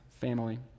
family